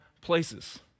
places